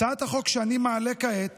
הצעת החוק שאני מעלה כעת